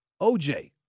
OJ